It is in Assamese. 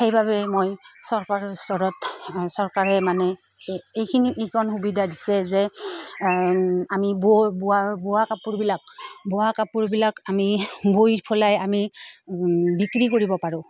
সেইবাবেই মই চৰকাৰৰ ওচৰত চৰকাৰে মানে এইখিনি এইকণ সুবিধা দিছে যে আমি বৈ বোৱা বোৱা কাপোৰবিলাক বোৱা কাপোৰবিলাক আমি বৈ পেলাই আমি বিক্ৰী কৰিব পাৰোঁ